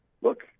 look